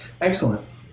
Excellent